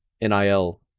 NIL